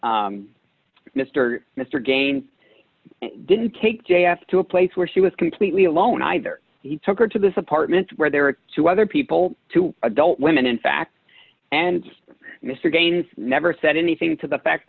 mr mr again didn't take j s to a place where she was completely alone either he took her to this apartment where there were two other people two adult women in fact and mr gaines never said anything to the